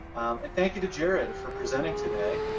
and thank you to jared for presenting today.